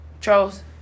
Trolls